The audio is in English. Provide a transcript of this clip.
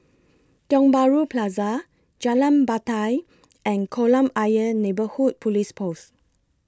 Tiong Bahru Plaza Jalan Batai and Kolam Ayer Neighbourhood Police Post